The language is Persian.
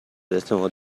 احتمال